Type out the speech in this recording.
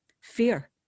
Fear